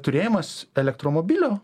turėjimas elektromobilio